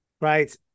right